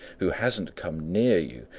who hasn't come near you,